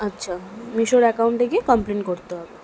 আচ্ছা মীশোর অ্যাকাউন্টে গিয়ে কমপ্লেন করতে হবে